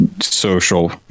social